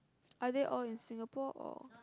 are they all in Singapore or